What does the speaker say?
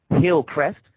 Hillcrest